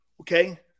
okay